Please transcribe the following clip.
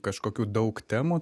kažkokių daug temų